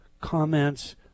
comments